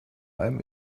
einem